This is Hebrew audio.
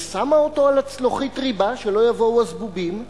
שמה אותו על צלוחית הריבה, שלא יבואו זבובים,